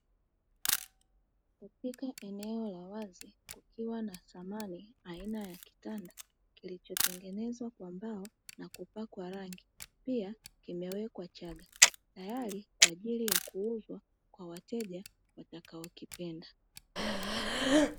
Katika eneo la wazi kukiwa na samani aina ya kitanda kilichotengenezwa kwa mbao na kupakwa rangi, pia kimewekwa chaga tayari kwa ajili ya kuuzwa kwa wateja watakaokipenda.